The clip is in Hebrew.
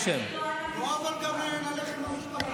אבל את זה למדתי כבר, אלהואשלה.